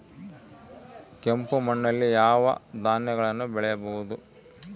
ಕೆಂಪು ಮಣ್ಣಲ್ಲಿ ಯಾವ ಧಾನ್ಯಗಳನ್ನು ಬೆಳೆಯಬಹುದು?